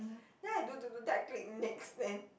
then I do do do then I click next then